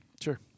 Sure